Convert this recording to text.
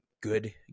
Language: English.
good